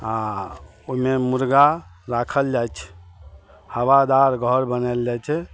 आ ओहिमे मुर्गा राखल जाइ छै हवादार घर बनाएल जाइ छै